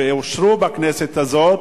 ואושרו בכנסת הזו,